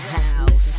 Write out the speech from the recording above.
house